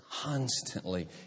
constantly